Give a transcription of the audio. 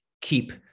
keep